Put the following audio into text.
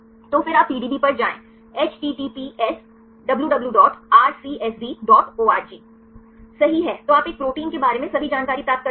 तो फिर आप पीडीबी पर जाएं httpswwwrcsborg सही है तो आप एक प्रोटीन के बारे में सभी जानकारी प्राप्त कर सकते हैं